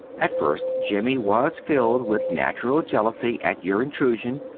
at first jimmy was filled with natural jealousy at your intrusion.